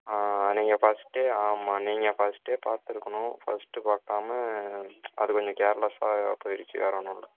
நீங்கள் பர்ஸ்ட்டே ஆமாம் நீங்கள் பர்ஸ்ட்டே பார்த்துருக்கணும் பர்ஸ்ட்டு பார்க்காம அது கொஞ்சம் கேர்லஸ்ஸாக போயிருச்சு வேற ஒன்றும் இல்லை